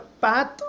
path